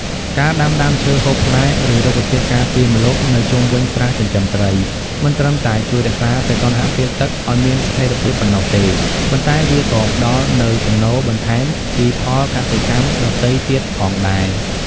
ការដាំដើមឈើហូបផ្លែ ឬរុក្ខជាតិការពារម្លប់នៅជុំវិញស្រះចិញ្ចឹមត្រី មិនត្រឹមតែជួយរក្សាសីតុណ្ហភាពទឹកឱ្យមានស្ថិរភាពប៉ុណ្ណោះទេ ប៉ុន្តែវាក៏ផ្ដល់នូវចំណូលបន្ថែមពីផលកសិកម្មដទៃទៀតផងដែរ។